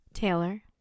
Taylor